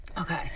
Okay